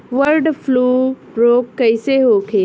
Bird flu रोग कईसे होखे?